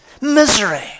misery